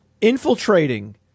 infiltrating